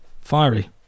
fiery